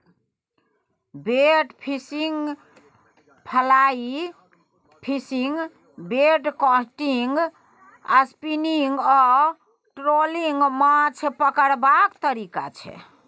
bait fishing, fly fishing, bait casting, spinning आ trolling माछ पकरबाक तरीका छै